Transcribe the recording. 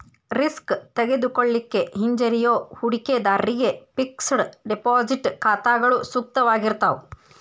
risk ತೆಗೆದುಕೊಳ್ಳಿಕ್ಕೆ ಹಿಂಜರಿಯೋ ಹೂಡಿಕಿದಾರ್ರಿಗೆ ಫಿಕ್ಸೆಡ್ ಡೆಪಾಸಿಟ್ ಖಾತಾಗಳು ಸೂಕ್ತವಾಗಿರ್ತಾವ